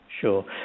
Sure